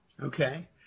Okay